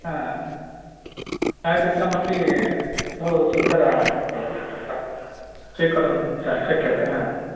ह छायाचित्रमपि बहुसुन्दरं भवति तत्र स्वीकुर्वन् च शक्यते ह